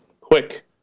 quick